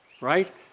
right